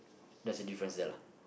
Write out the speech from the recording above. that's a difference there lah